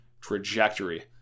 trajectory